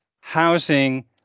housing